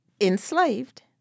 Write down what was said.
enslaved